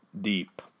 deep